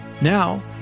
Now